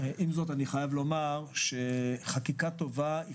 עם זאת אני חייב לומר שחקיקה טובה היא